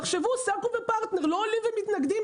תחשבו סלקום ופרטנר לא עולים ומתנגדים